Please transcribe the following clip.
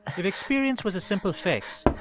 if experience was a simple fix,